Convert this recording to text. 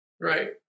Right